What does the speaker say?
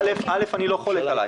א', אני לא חולק עלייך.